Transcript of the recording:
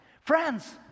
Friends